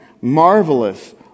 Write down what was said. marvelous